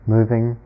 Moving